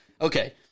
Okay